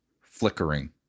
flickering